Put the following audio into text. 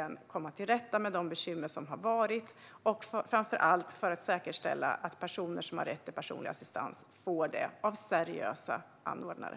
att komma till rätta med de bekymmer som har varit och, framför allt, för att säkerställa att personer som har rätt till personlig assistans får det av seriösa anordnare.